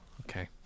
okay